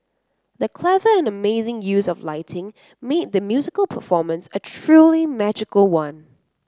the clever and amazing use of lighting made the musical performance a truly magical one